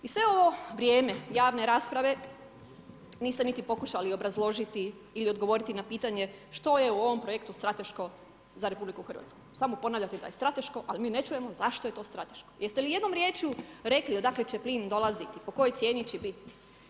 I sve ovo vrijeme javne rasprave niste niti pokušali obrazložiti ili odgovoriti na pitanje što je u ovom projektu strateško za RH, samo ponavljate da je strateško ali mi ne čujemo zašto je to strateško, jeste jednom riječju rekli odakle će plin dolaziti, po kojoj cijeni će biti?